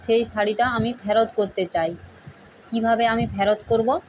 সেই শাড়িটা আমি ফেরত করতে চাই কীভাবে আমি ফেরত করবো